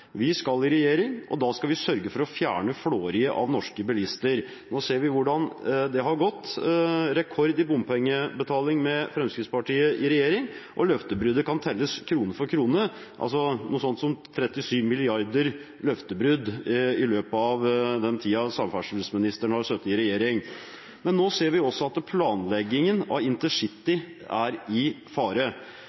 Vi skal i regjering, og da skal vi sørge for å fjerne flåeriet av norske bilister. Nå ser vi hvordan det har gått: Det har vært rekord i bompengebetaling med Fremskrittspartiet i regjering, og løftebruddet kan telles krone for krone, altså noe sånt som 37 mrd. løftebrudd i løpet av den tiden samferdselsministeren har sittet i regjering. Nå ser vi også at planleggingen av intercity er i fare.